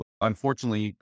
unfortunately